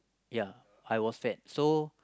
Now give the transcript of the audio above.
ya I was fat so